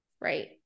right